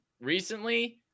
recently